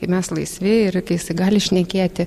kai mes laisvi ir kai jisai gali šnekėti